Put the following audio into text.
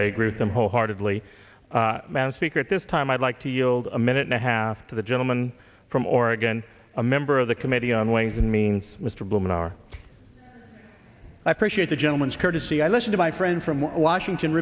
i agree with them wholeheartedly as speaker at this time i'd like to yield a minute and a half to the gentleman from oregon a member of the committee on ways and means mr bowman our i appreciate the gentleman's courtesy i listen to my friend from washington